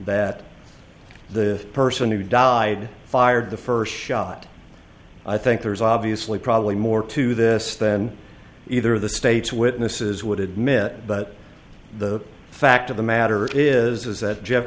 that the person who died fired the first show i think there's obviously probably more to this than either of the state's witnesses would admit but the fact of the matter is is that jeff